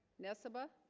nessebar